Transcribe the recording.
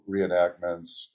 reenactments